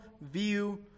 view